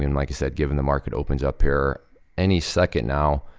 and like you said, given the market opens up here any second now,